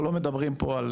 אנחנו לא מדברים פה על